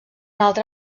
altre